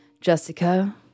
Jessica